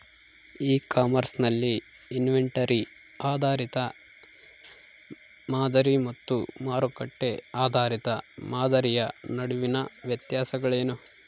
E commerce ನಲ್ಲಿ inventory ಆಧಾರಿತ ಮಾದರಿ ಮತ್ತು ಮಾರುಕಟ್ಟೆ ಆಧಾರಿತ ಮಾದರಿಯ ನಡುವಿನ ವ್ಯತ್ಯಾಸಗಳೇನು?